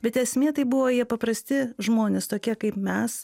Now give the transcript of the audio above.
bet esmė tai buvo jie paprasti žmonės tokie kaip mes